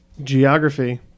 Geography